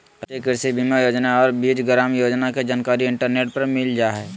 राष्ट्रीय कृषि बीमा योजना और बीज ग्राम योजना के जानकारी इंटरनेट पर मिल जा हइ